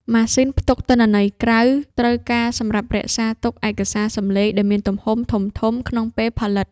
ម៉ាស៊ីនផ្ទុកទិន្នន័យក្រៅ ត្រូវការសម្រាប់រក្សាទុកឯកសារសំឡេងដែលមានទំហំធំៗក្នុងពេលផលិត។